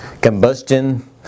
combustion